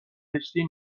کشتی